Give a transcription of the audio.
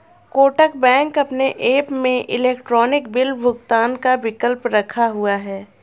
Kotak bank अपने app में electronic bill भुगतान का विकल्प रखा हुआ है